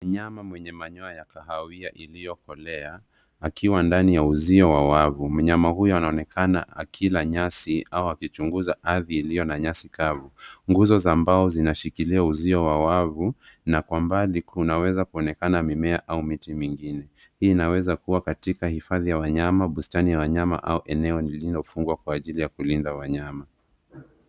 Mnyama mwenye manyoya ya kahawia iliyokolea akiwa ndani ya uzio wa wavu. Mnyama hyu anaonekana akila nyasi au akichunguza ardhi iliyo na nyasi kavu. Nguzo za mbao zinashikilia uzio wa wavu na kwa mbali kunaweza kuonekana mimea au miti mingine. Hii inaweza kuwa katika hifadhi ya wanyama bustani ya wanyama au eneo lililofungwa kwa ajili ya kulinda wanyama.